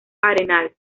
arenal